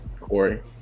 Corey